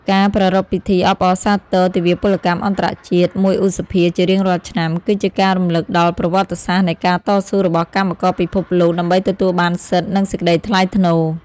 ការប្រារព្ធពិធីអបអរសាទរទិវាពលកម្មអន្តរជាតិ ១ ឧសភា ជារៀងរាល់ឆ្នាំ គឺជាការរំលឹកដល់ប្រវត្តិសាស្ត្រនៃការតស៊ូរបស់កម្មករពិភពលោក ដើម្បីទទួលបានសិទ្ធិ និងសេចក្តីថ្លៃថ្នូរ។